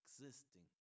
Existing